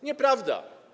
Nieprawda.